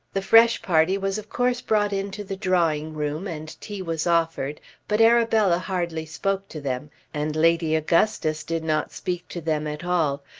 the fresh party was of course brought into the drawing-room and tea was offered but arabella hardly spoke to them, and lady augustus did not speak to them at all,